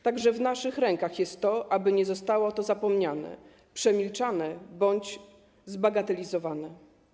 Także w naszych rękach jest to, aby nie zostało to zapomniane, przemilczane bądź zbagatelizowane.